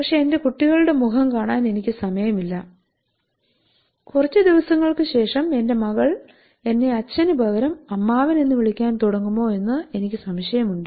പക്ഷെ എന്റെ കുട്ടികളുടെ മുഖം കാണാൻ എനിക്ക് സമയമില്ല കുറച്ച് ദിവസങ്ങൾക്ക് ശേഷം എന്റെ മകൾ എന്നെ അച്ഛന് പകരം അമ്മാവൻ എന്ന് വിളിക്കാൻ തുടങ്ങുമോ എന്ന് എനിക്ക് സംശയമുണ്ട്